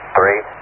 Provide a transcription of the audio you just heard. three